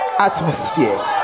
Atmosphere